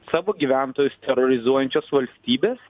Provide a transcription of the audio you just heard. savo gyventojus terorizuojančios valstybės